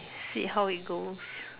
see how it goes